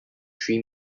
three